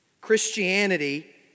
Christianity